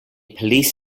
police